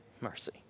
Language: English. Mercy